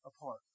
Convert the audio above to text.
apart